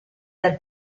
dal